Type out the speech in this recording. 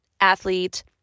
athlete